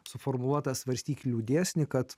suformuotą svarstyklių dėsnį kad